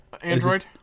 Android